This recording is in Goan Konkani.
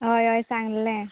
होय होय सांगले